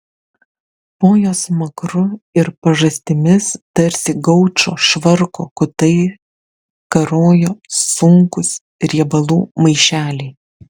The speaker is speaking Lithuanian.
po jos smakru ir pažastimis tarsi gaučo švarko kutai karojo sunkūs riebalų maišeliai